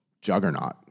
juggernaut